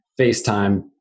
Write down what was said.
FaceTime